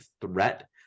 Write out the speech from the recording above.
threat